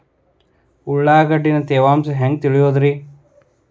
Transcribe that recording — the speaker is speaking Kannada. ಉಳ್ಳಾಗಡ್ಯಾಗಿನ ತೇವಾಂಶ ಹ್ಯಾಂಗ್ ತಿಳಿಯೋದ್ರೇ?